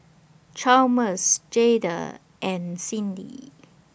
Chalmers Jayde and Cindy